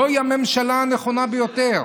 זוהי הממשלה הנכונה ביותר.